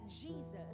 Jesus